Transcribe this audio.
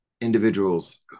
individuals